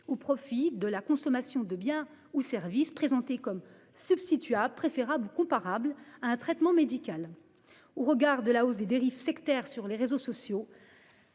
au profit de la consommation de biens ou services présentés comme substitut à préférable comparables un traitement médical. Au regard de la hausse des dérives sectaires, sur les réseaux sociaux.